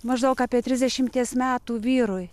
maždaug apie trisdešimties metų vyrui